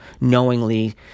knowingly